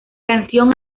canción